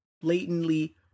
blatantly